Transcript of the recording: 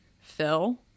Phil